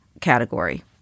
category